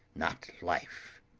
not life.